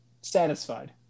Satisfied